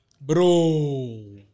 Bro